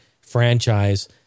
franchise